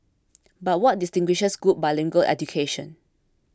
but what distinguishes good bilingual education